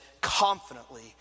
confidently